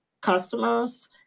customers